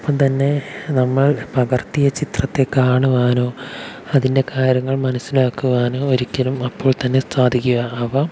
ഒപ്പം തന്നെ നമ്മൾ പകർത്തിയ ചിത്രത്തെ കാണുവാനോ അതിൻ്റെ കാര്യങ്ങൾ മനസ്സിലാക്കുവാനോ ഒരിക്കലും അപ്പോൾ തന്നെ സാധിക്കുക അപ്പം